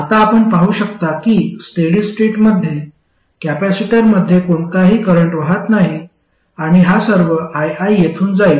आता आपण पाहू शकता की स्टेडी स्टेट मध्ये कॅपेसिटरद्वारे कोणताही करंट वाहात नाही आणि हा सर्व ii येथून जाईल